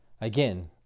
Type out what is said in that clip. again